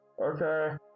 Okay